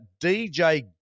DJ